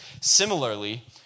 Similarly